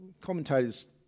Commentators